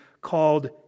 called